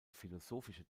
philosophische